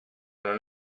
non